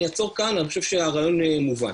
אני אעצור כאן, אני חושב שהרעיון מובן.